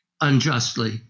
unjustly